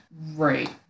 Right